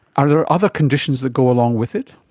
are there other conditions that go along with it?